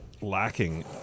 lacking